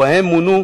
ובהן מונו